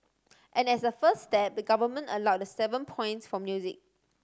and as a first step the government allowed the seven points for music